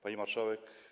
Pani Marszałek!